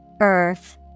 Earth